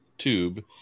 tube